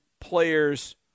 players